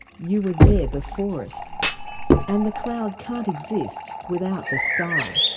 you were there before it and the cloud can't exist without the sky.